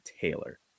Taylor